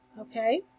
Okay